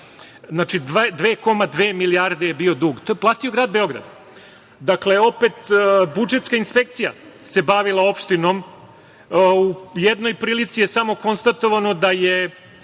Znači, 2,2 milijarde je bio dug. To je platio grad Beograd. Dakle, opet se budžetska inspekcija bavila opštinom. U jednoj prilici je samo konstatovano da je